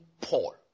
Paul